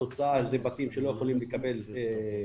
התוצאה זה בתים שלא יכולים לקבל חשמל,